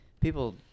people